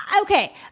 okay